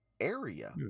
area